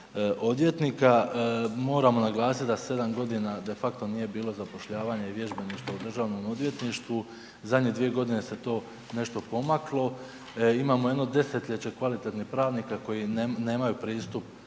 odvjetnika. Moramo naglasiti da 7 godina de facto nije bilo zapošljavanja i vježbeništva u DORH-u, zadnje dvije godine se to nešto pomaklo. Imamo jedno desetljeće kvalitetnih pravnika koji nemaju pristup